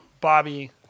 Bobby